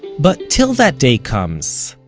but till that day comes,